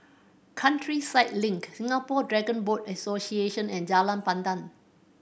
Countryside Link Singapore Dragon Boat Association and Jalan Pandan